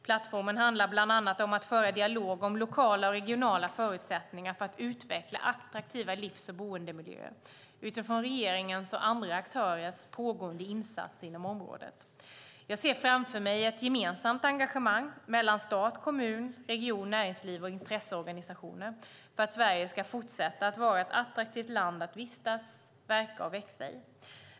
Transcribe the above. Plattformen handlar bland annat om att föra dialog om lokala och regionala förutsättningar för att utveckla attraktiva livs och boendemiljöer utifrån regeringens och andra aktörers pågående insatser inom området. Jag ser framför mig ett gemensamt engagemang mellan stat, kommun, region, näringsliv och intresseorganisationer för att Sverige ska fortsätta att vara ett attraktivt land att vistas, verka och växa i.